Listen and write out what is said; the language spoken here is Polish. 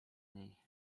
niej